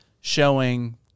showing